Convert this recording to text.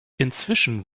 inzwischen